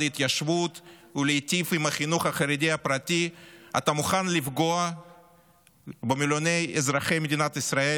ההתיישבות ולהיטיב עם החינוך החרדי הפרטי אתה מוכן לפגוע במיליוני ישראלים?